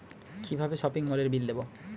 কিভাবে সপিং মলের বিল দেবো?